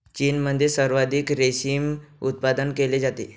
चीनमध्ये सर्वाधिक रेशीम उत्पादन केले जाते